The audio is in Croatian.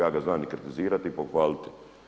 Ja ga znam i kritizirati i pohvaliti.